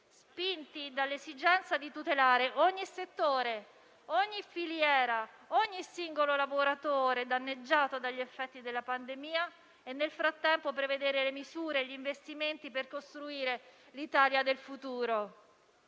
spinti dall'esigenza di tutelare ogni settore, ogni filiera, ogni singolo lavoratore danneggiato dagli effetti della pandemia e nel frattempo prevedere le misure e gli investimenti per costruire l'Italia del futuro.